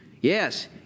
Yes